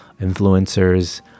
influencers